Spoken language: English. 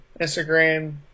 Instagram